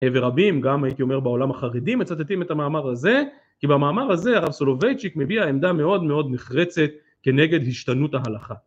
ורבים גם הייתי אומר בעולם החרדי מצטטים את המאמר הזה, כי במאמר הזה הרב סולובייצ'יק מביא עמדה מאוד מאוד נחרצת כנגד השתנות ההלכה